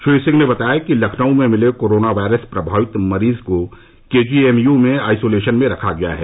श्री सिंह ने बताया कि लखनऊ में मिले कोरोना वायरस प्रभावित मरीज को के जी एम यू में आइसोलेशन में रखा गया है